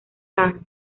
kahn